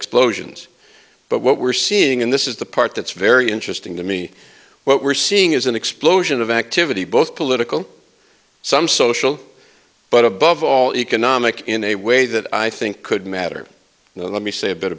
explosions but what we're seeing in this is the part that's very interesting to me what we're seeing is an explosion of activity both political some social but above all economic in a way that i think could matter let me say a bit